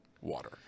water